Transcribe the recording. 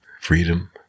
Freedom